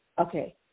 okay